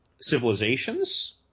civilizations